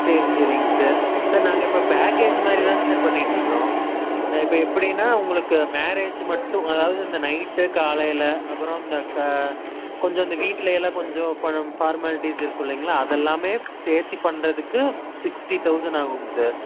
சரி சரிங்க sir sir நாங்கள் இப்போ பேக்கேஜ் மாதிரி தாங்க சார் பண்ணிட்டுருக்குறோம் இப்போ எப்படின்னா உங்களுக்கு மேரேஜ் மட்டும் அதாவது இந்த நைட்டு காலையில் அப்புறம் இந்த கா கொஞ்சம் இந்த வீட்லையெல்லாம் கொஞ்சம் இப்போ நம்ம ஃபார்மாலிட்டிஸ் இருக்கும் இல்லைங்களா அதெல்லாமே சேர்த்தி பண்ணுறதுக்கு சிக்ஸ்டி தௌசண்ட் ஆகுங்க சார்